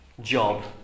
job